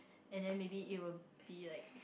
and then maybe it will be like